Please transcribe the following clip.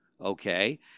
okay